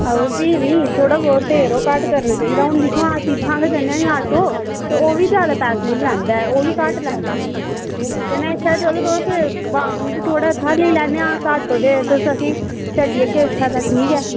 आहो फ्ही बी थोह्ड़ा बहुत ते मड़ो घट्ट करना चाहिदा हून दिक्खो हां अस इत्थूं दा गै जन्ने नी आटो ते ओह् बी जादा पैसे नीं लैंदा ओह् बी घट्ट लैंदा ते मैं इत्थै चलो तुस बाकव ते थोह्ड़ा थाह्र लेई लैन्ने आं घट्ट ओ ते तुस असेंगी छड्डी आह्गे उत्थै तां ठीक ऐ